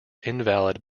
invalid